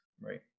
right